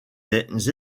des